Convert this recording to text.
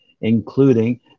including